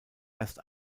erst